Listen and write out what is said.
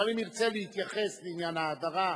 אבל אם ירצה להתייחס לעניין ההדרה,